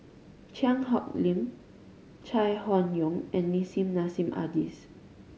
Cheang Hong Lim Chai Hon Yoong and Nissim Nassim Adis